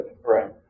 Right